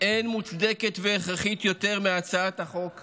אין מוצדקת והכרחית יותר מהצעת החוק הזו.